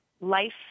life